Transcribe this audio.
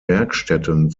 werkstätten